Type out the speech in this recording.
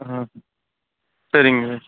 ஆ சரிங்க